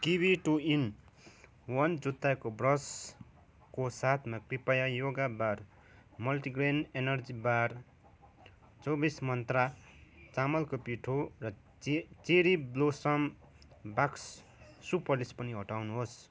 kiwi two in one जुत्ताको ब्रसको साथमा कृपया yoga bar multigrain energy bar चौबिस मन्त्रा चामलको पिठो र चे cherry blossom box shoe polish पनि हटाउनुहोस्